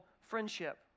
friendship